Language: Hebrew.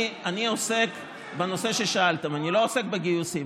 אני עוסק בנושא ששאלתם, אני לא עוסק בגיוסים.